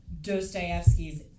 Dostoevsky's